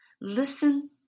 Listen